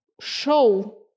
show